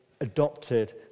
adopted